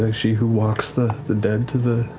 like she who walks the the dead to the.